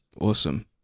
awesome